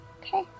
okay